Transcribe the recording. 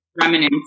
Remnants